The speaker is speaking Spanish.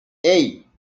hey